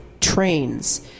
trains